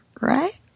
right